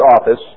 office